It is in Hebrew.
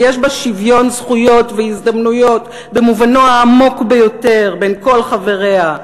ויש בה שוויון זכויות והזדמנויות במובנו העמוק ביותר בין כל חבריה,